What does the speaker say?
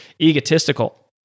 egotistical